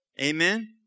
Amen